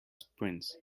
sprints